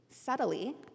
subtly